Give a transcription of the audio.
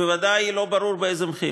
בוודאי לא ברור באיזה מחיר.